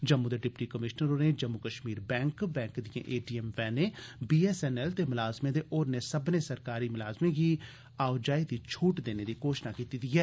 जम्मू दे deputy commissioner होरें Jammu Kashmir bank bank दिएं एटीएम वैनें बीएसएनएल दे मलाजमें ते होरने सब्बने सरकारी मलाजमें गी आओजाई दी छूट देने दी घोषणा कीती ऐ